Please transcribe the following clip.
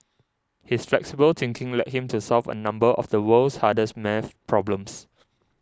his flexible thinking led him to solve a number of the world's hardest maths problems